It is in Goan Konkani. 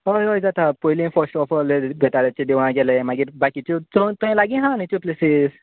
हय हय जाता पयलीं थंय फस्ट बेताळाच्या देवळा गेले मागीर बाकीच्यो थंय लागीं आसा न्हय त्यो प्लेसीस